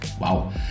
wow